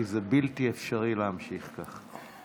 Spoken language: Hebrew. כי זה בלתי אפשרי להמשיך כך,